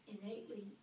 Innately